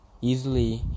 easily